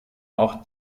auch